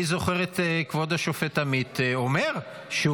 אני זוכר את כבוד השופט עמית אומר שהוא